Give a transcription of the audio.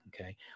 Okay